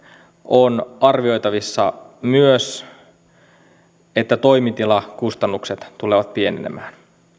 on arvioitavissa myös että hajautetussa mallissa toimitilakustannukset tulevat pienenemään